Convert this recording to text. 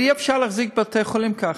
אבל אי-אפשר להחזיק בתי-חולים ככה.